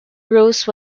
rose